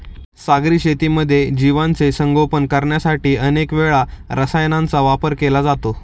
सागरी शेतीमध्ये जीवांचे संगोपन करण्यासाठी अनेक वेळा रसायनांचा वापर केला जातो